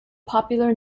popular